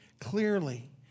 clearly